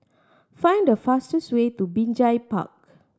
find the fastest way to Binjai Park